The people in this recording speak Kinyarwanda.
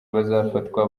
bazafatwa